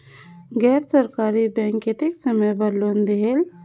गैर सरकारी बैंक कतेक समय बर लोन देहेल?